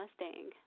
Mustang